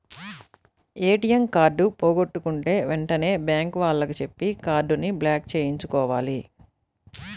ATM card పోగొట్టుకుంటే వెంటనే bank వాళ్లకి చెప్పి కార్డుని బ్లాక్ చేయించుకోవాలి